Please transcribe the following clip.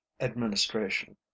Administration